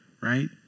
Right